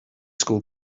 school